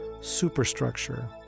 superstructure